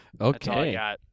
Okay